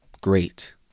great